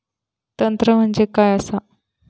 तंत्र म्हणजे काय असा?